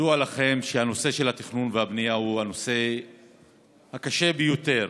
ידוע לכם שהנושא של התכנון והבנייה הוא הנושא הקשה ביותר